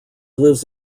lives